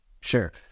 Sure